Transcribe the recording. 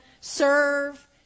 serve